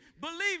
Believe